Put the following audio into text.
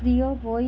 প্রিয় বই